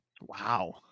Wow